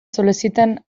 sol·liciten